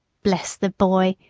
bless the boy!